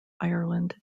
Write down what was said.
ireland